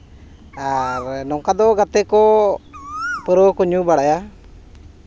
ᱟᱨ ᱱᱚᱝᱠᱟ ᱫᱚ ᱜᱟᱛᱮ ᱠᱚ ᱯᱟᱹᱣᱨᱟᱹ ᱠᱚ ᱧᱩ ᱵᱟᱲᱟᱭᱟ